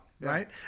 right